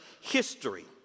history